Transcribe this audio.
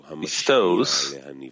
bestows